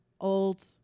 old